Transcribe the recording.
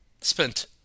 spent